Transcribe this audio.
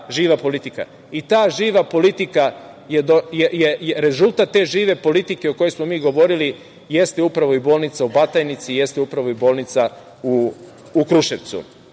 I ta živa politika, rezultat te žive politike o kojoj smo mi govorili jeste upravo i bolnica u Batajnici, jeste upravo i bolnica u Kruševcu.